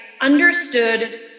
understood